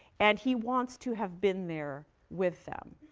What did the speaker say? and he wants to have been there with them.